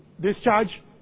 discharge